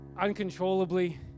uncontrollably